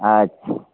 अच्छा